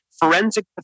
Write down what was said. forensic